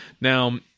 Now